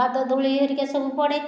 ପାଦଧୂଳି ହେରିକା ସବୁ ପଡ଼େ